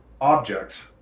objects